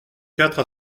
quatre